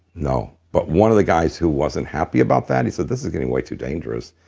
no, but one of the guys who wasn't happy about that, he said, this is getting way too dangerous.